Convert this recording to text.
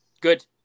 Good